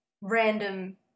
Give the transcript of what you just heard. random